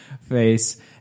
face